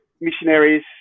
missionaries